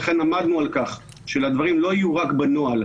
ולכן עמדנו על כך שהדברים לא יהיו רק בנוהל,